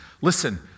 Listen